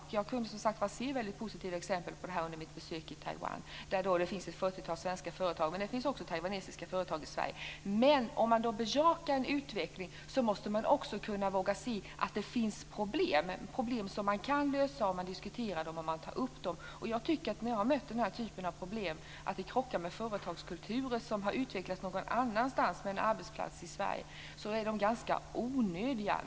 Jag kunde, som sagt var, se positiva exempel på det här under mitt besök i Taiwan, där det finns ett fyrtiotal svenska företag. Det finns också taiwanesiska företag i Sverige. Om man bejakar en sådan utveckling måste man också våga se att det finns problem, problem som man kan lösa om man tar upp dem och diskuterar dem. När jag har mött den här typen av problem, att företagskulturer som har utvecklats någon annanstans krockar med kulturen på en arbetsplats i Sverige, tycker jag att de är ganska onödiga.